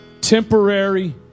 temporary